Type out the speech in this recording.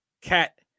cat